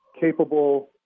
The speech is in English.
capable